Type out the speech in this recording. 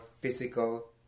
physical